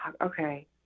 Okay